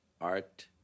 art